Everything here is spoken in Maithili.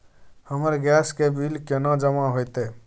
हमर गैस के बिल केना जमा होते?